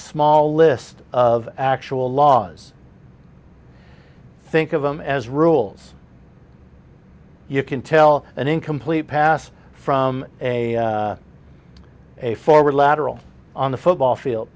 small list of actual laws think of them as rules you can tell an incomplete pass from a a forward lateral on the football field